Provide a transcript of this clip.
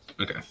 Okay